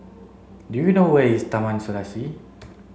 do you know where is Taman Serasi